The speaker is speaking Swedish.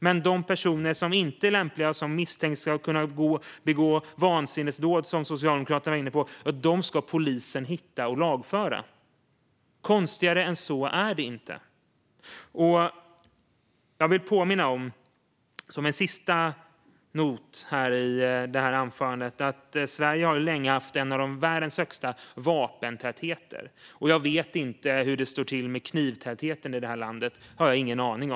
Men de personer som inte är lämpliga och som misstänks kunna begå vansinnesdåd, som Socialdemokraterna var inne på, ska polisen hitta och lagföra. Konstigare än så är det inte. Som en sista not i mitt anförande vill jag påminna om att Sverige länge har varit ett av länderna i världen med störst vapentäthet. Jag har ingen aning om hur det står till med knivtätheten i landet.